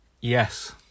yes